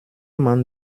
man